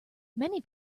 many